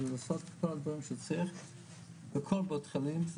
לעשות את כל הדברים שצריך בכל בית חולים.